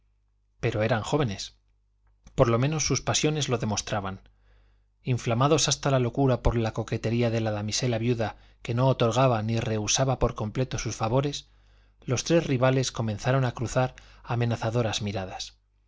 pero eran jóvenes por lo menos sus pasiones lo demostraban inflamados hasta la locura por la coquetería de la damisela viuda que no otorgaba ni rehusaba por completo sus favores los tres rivales comenzaron a cruzar amenazadoras miradas